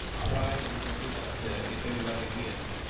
why we don't do that if everybody agrees?